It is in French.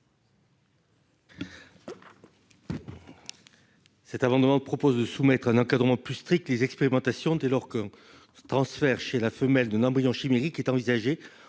Cet amendement vise à soumettre à un encadrement plus strict les expérimentations dès lors qu'un transfert chez la femelle d'un embryon chimérique est envisagé,